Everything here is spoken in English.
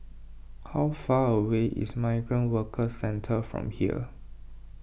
how far away is Migrant Workers Centre from here